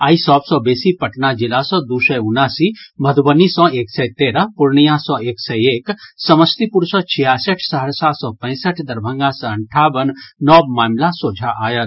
आइ सभ सँ बेसी पटना जिला सँ दू सय उनासी मधुबनी सँ एक सय तेरह पूर्णिया सँ एक सय एक समस्तीपुर सँ छियासठि सहरसा सँ पैंसठि दरभंगा सँ अंठावन नव मामिला सोझा आयल